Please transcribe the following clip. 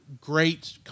great